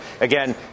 Again